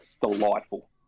delightful